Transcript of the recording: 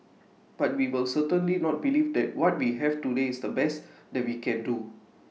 but we will certainly not believe that what we have to list is the best that we can do